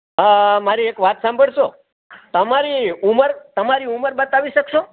હા મારી એક વાત સાંભળશો તમારી ઉંમર તમારી ઉંમર બતાવી શકશો